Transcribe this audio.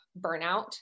burnout